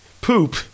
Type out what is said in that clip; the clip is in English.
poop